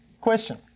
Question